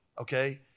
okay